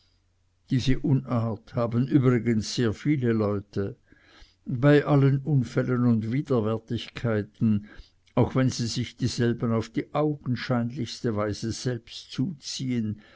diese unart haben übrigens sehr viele leute bei allen unfällen und widerwärtigkeiten auch wenn sie sich dieselben auf die augenscheinlichste weise selbst zuziehen